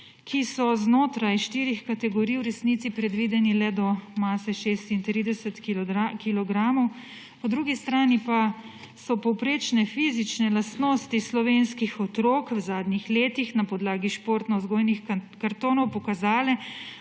ki so znotraj štirih kategorij v resnici predvideni le do mase 36 kilogramov, po drugi strani pa so povprečne fizične lastnosti slovenskih otrok v zadnjih letih na podlagi športno vzgojnih kartonov pokazale,